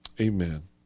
Amen